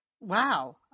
Wow